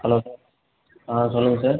hello sir ஆ சொல்லுங்கள் sir